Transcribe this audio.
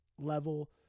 level